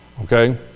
okay